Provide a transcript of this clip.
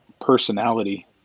personality